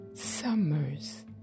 Summers